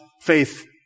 faith